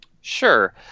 Sure